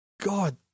god